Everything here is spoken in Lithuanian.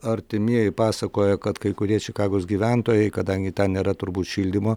artimieji pasakoja kad kai kurie čikagos gyventojai kadangi ten yra turbūt šildymo